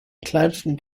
kleinsten